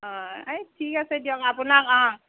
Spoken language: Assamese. অ এই ঠিক আছে দিয়ক আপোনাক অ